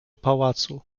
pałacu